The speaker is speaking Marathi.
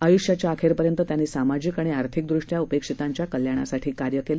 आयुष्याच्या अखेरपर्यंत त्यांनी सामाजिक आणि आर्थिकदृष्ट्या उपेक्षितांच्या कल्याणासाठी कार्य केलं